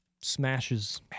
smashes